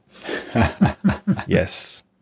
Yes